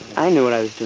i knew what i